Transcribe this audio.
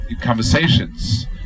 conversations